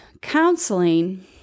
counseling